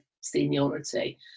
seniority